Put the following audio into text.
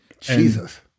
Jesus